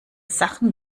sachen